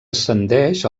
ascendeix